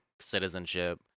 citizenship